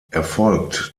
erfolgt